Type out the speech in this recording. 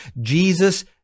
Jesus